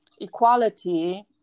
equality